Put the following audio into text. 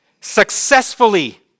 successfully